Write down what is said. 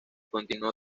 continuó